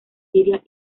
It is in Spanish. siria